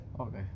Okay